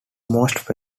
most